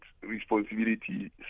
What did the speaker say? responsibility